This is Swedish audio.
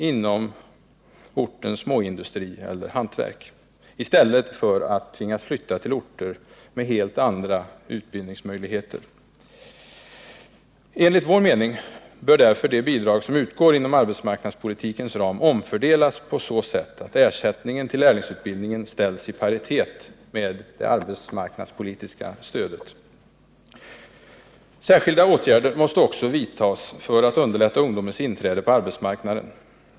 inom dess småindustri eller hantverk, i stället för att tvingas flytta till orter med andra utbildningsmöjligheter. Enligt vår mening bör därför de bidrag som utgår inom arbetsmarknadspolitikens ram omfördelas på så sätt att ersättningen till lärlingsutbildningen ställs i paritet med det arbetsmarknadspolitiska stödet. Särskilda åtgärder måste också vidtas för att underlätta ungdomens inträde på arbetsmarknaden.